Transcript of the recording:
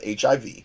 HIV